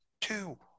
two